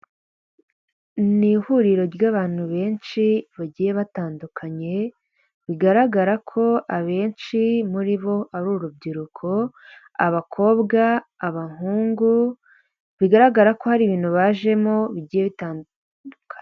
`Ni ihuriro ry'abantu benshi bagiye batandukanye bigaragara ko abenshi muri bo ari urubyiruko. Abakobwa, abahungu bigaragara ko hari ibintu bajemo bigiye bitandukanye.